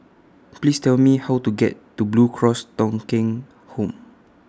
Please Tell Me How to get to Blue Cross Thong Kheng Home